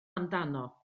amdano